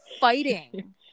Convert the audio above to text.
fighting